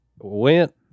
Went